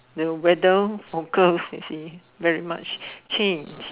the weather forecast you see very much change